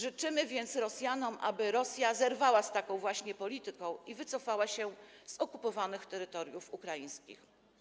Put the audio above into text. Życzymy więc Rosjanom, aby Rosja zerwała z taką właśnie polityką i wycofała się z okupowanych terytoriów ukraińskich.